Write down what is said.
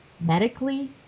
medically